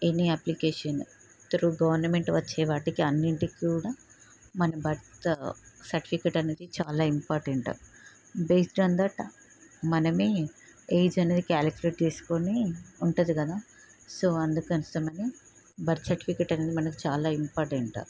any application through government వచ్చే వాటికి అన్నింటికీ కూడా మన బర్త్ సర్టిఫికెట్ అనేది చాలా ఇంపార్టెంట్ బేస్డ్ ఆన్ దట్ మనమే ఏజ్ అనేది కాలిక్యులేట్ చేసుకుని ఉంటుంది కదా సో అందుకోసమని బర్త్ సర్టిఫికెట్ అనేది మనకు చాలా ఇంపార్టెంట్